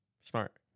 Smart